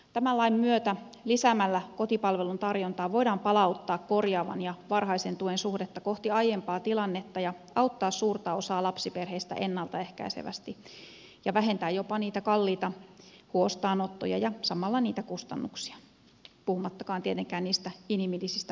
tämän lain myötä lisäämällä kotipalvelun tarjontaa voidaan palauttaa korjaavan ja varhaisen tuen suhdetta kohti aiempaa tilannetta ja auttaa suurta osaa lapsiperheistä ennalta ehkäisevästi ja vähentää jopa niitä kalliita huostaanottoja ja samalla niitä kustannuksia puhumattakaan tietenkään niistä inhimillisistä vaikutuksista